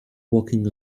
walking